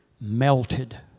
melted